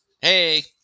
hey